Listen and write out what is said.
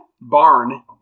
Barn